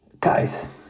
guys